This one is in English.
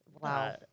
wow